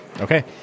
Okay